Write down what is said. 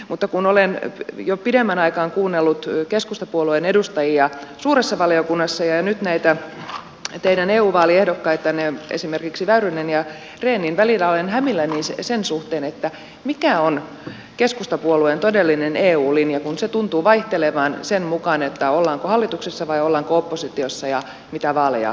mutta kun olen jo pidemmän aikaa kuunnellut keskustapuolueen edustajia suuressa valiokunnassa ja nyt näitä teidän eu vaaliehdokkaitanne esimerkiksi väyrystä ja rehniä niin välillä olen hämilläni sen suhteen mikä on keskustapuolueen todellinen eu linja kun se tuntuu vaihtelevan sen mukaan ollaanko hallituksessa vai ollaanko oppositiossa ja mitä vaaleja milloinkin käydään